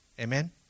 Amen